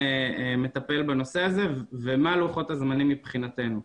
מטפל בנושא הזה ומה לוחות הזמנים מבחינתנו.